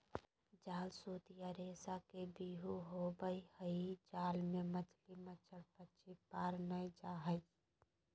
जाल सूत या रेशा के व्यूह होवई हई जाल मे मछली, मच्छड़, पक्षी पार नै जा हई